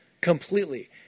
completely